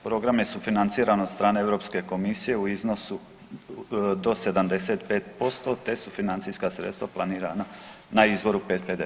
Program je sufinanciran od strane Europske komisije u iznosu do 75% te su financijska sredstva planirana na izvoru 55D.